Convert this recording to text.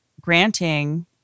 granting